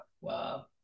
Wow